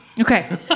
Okay